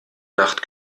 nacht